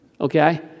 okay